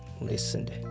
listened